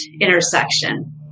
intersection